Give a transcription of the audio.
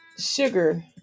sugar